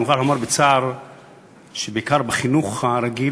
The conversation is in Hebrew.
אני מוכרח לומר שבעיקר בחינוך הרגיל,